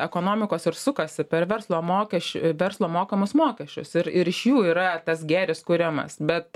ekonomikos ir sukasi per verslo mokesčiu verslo mokamus mokesčius ir ir iš jų yra tas gėris kuriamas bet